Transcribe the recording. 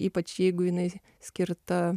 ypač jeigu jinai skirta